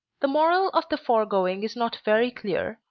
the moral of the foregoing is not very clear,